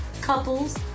couples